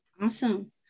awesome